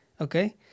okay